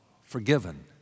forgiven